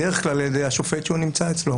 בדרך כלל על ידי השופט שהוא נמצא אצלו,